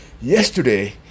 yesterday